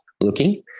looking